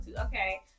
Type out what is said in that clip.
Okay